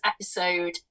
episode